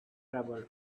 travel